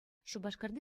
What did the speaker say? шупашкарти